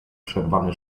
przerywany